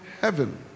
heaven